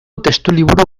testuliburu